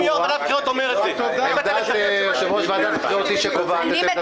אם יושב-ראש ועדת הבחירות אומר את זה,